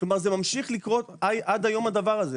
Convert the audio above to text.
כלומר זה ממשיך לקרות עד היום הדבר הזה.